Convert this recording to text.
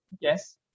yes